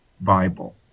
Bible